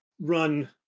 run